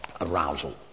arousal